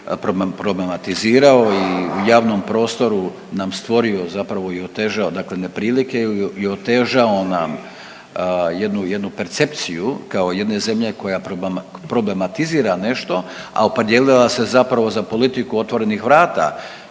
problematizirao i u javnom prostoru nam stvori zapravo i otežao dakle neprilike i otežao nam jednu, jednu percepciju kao jedne zemlje koja problematizira nešto, a opredijelila se zapravo za politiku otvorenih vrata